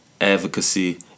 advocacy